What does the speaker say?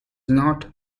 not